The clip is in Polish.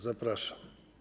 Zapraszam.